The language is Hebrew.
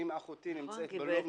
אם אחותי נמצאת בלוב --- נכון,